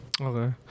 Okay